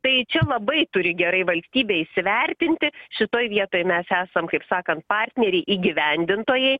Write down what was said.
tai čia labai turi gerai valstybė įsivertinti šitoj vietoj mes esam kaip sakant partneriai įgyvendintojai